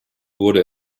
wurde